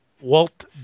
Walt